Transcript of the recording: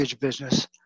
business